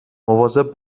مواظب